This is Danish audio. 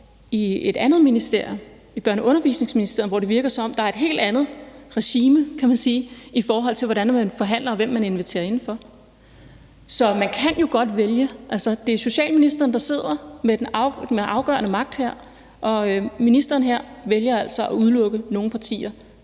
i et andet ministerium, nemlig i Børne- og Undervisningsministeriet, hvor det, kan man sige, virker, som om der er et helt andet regime, i forhold til hvordan man forhandler og hvem man inviterer indenfor. Så det kan man jo godt vælge. Men det er altså socialministeren, der her sidder med den afgørende magt, og som altså her vælger at udelukke nogle partier